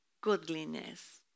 goodliness